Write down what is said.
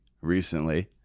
recently